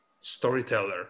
storyteller